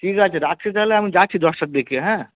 ঠিক আছে রাখছি তাহলে আমি যাচ্ছি দশটার দিকে হ্যাঁ